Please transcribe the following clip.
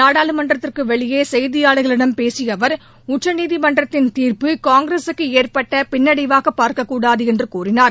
நாடாளுமன்றத்திற்கு வெளியே செய்தியாளர்களிடம் பேசிய அவர் உச்சநீதிமன்றத்தில் கீழ் காங்கிரசுக்கு ஏற்பட்ட பின்னடைவாக பார்க்க கூடாது என்று கூறினார்